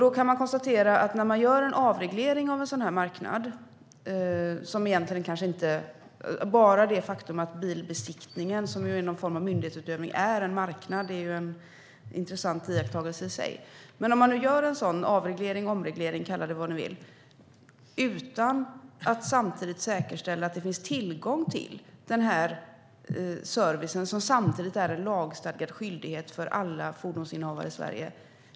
Det är något märkligt när man gör en avreglering eller omreglering av en sådan här marknad - bara det faktum att bilbesiktningen, som ju är en form av myndighetsutövning, är en marknad är en intressant sak i sig - utan att samtidigt säkerställa att det finns tillgång till denna service, som samtidigt är en lagstadgad skyldighet för alla fordonsinnehavare i Sverige.